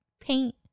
paint